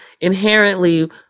Inherently